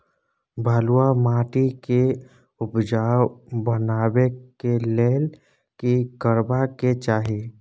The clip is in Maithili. बालुहा माटी के उपजाउ बनाबै के लेल की करबा के चाही?